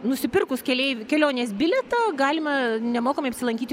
nusipirkus keleiv kelionės bilietą galima nemokamai apsilankyti